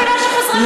באולפנה שחוזרים,